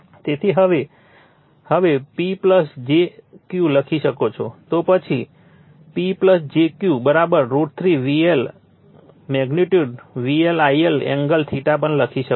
તેથી હવે હવે P jQ લખી શકો છો તો પછી P jQ √ 3 VL I L angle પણ લખી શકો છો